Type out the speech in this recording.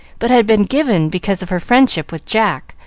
but had been given because of her friendship with jack,